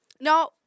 No